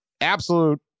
Absolute